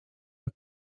jak